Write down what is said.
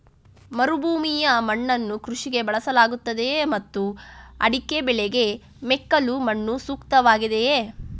ಮರುಭೂಮಿಯ ಮಣ್ಣನ್ನು ಕೃಷಿಗೆ ಬಳಸಲಾಗುತ್ತದೆಯೇ ಮತ್ತು ಅಡಿಕೆ ಬೆಳೆಗೆ ಮೆಕ್ಕಲು ಮಣ್ಣು ಸೂಕ್ತವಾಗಿದೆಯೇ?